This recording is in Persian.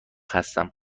هستم